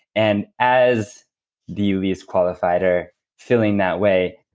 and as the least qualified, or feeling that way,